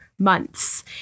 Months